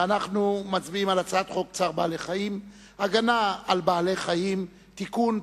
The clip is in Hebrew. ואנחנו מצביעים על הצעת חוק צער בעלי-חיים (הגנה על בעלי-חיים) (תיקון,